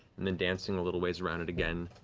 and then dancing a little ways around it again.